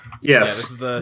Yes